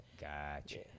Gotcha